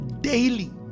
daily